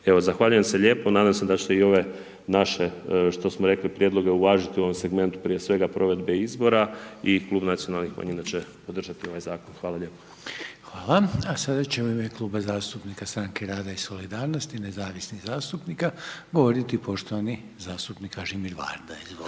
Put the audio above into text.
Zahvaljujem se lijepo, nadam se da ćete i ove naše, što smo rekli prijedloge uvažiti, u ovom segmentu provedbe izbora i Klub nacionalnih manjina će podržati ovaj zakon. Hvala lijepo. **Reiner, Željko (HDZ)** Hvala. A sada će u ime Kluba zastupnika stranke Rada i solidarnosti nezavisnih zastupnika, govoriti poštovani zastupnik Kažimir Varda, izvolite.